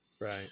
Right